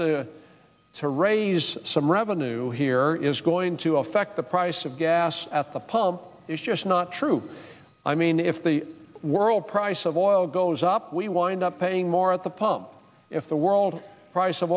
to to raise some revenue here is going to affect the price of gas at the pump is just not true i mean if the world price of oil goes up we wind up paying more at the pump if the world price of